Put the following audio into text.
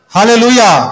Hallelujah